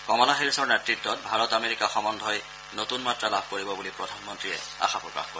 কমলা হেৰিছৰ নেত়ত্বত ভাৰত আমেৰিকা সম্বন্ধই নতুন মাত্ৰা লাভ কৰিব বুলি প্ৰধানমন্ত্ৰীয়ে আশা প্ৰকাশ কৰে